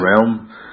realm